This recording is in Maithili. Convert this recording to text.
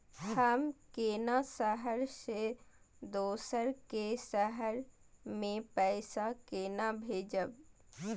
हम केना शहर से दोसर के शहर मैं पैसा केना भेजव?